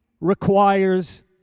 requires